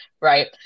right